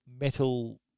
metal